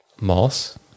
Moss